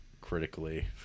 critically